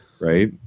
Right